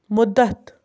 مُدتھ